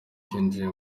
cyinjiye